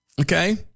Okay